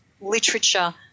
literature